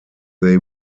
they